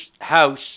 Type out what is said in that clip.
house